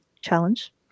challenge